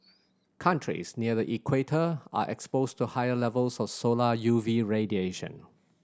countries near the equator are exposed to higher levels of solar U V radiation